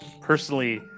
personally